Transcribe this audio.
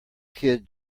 kid